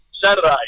saturday